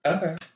Okay